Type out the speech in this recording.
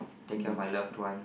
take care of my loved one